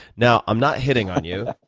now, i'm not hitting on you,